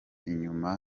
inyuma